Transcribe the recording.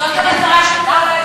זאת המטרה של כל הדיון הזה,